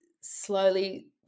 slowly